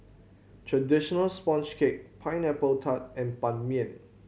traditional sponge cake Pineapple Tart and Ban Mian